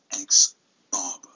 ex-Barber